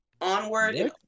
onward